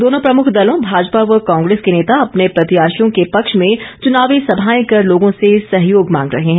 दोनों प्रमुख दलों भाजपा व कांग्रेस के नेता अपने प्रत्याशियों के पक्ष में चुनावी सभाएं कर लोगों से सहयोग मांग रहे हैं